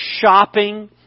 shopping